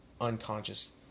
unconscious